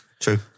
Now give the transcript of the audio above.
true